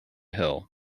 hill